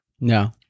No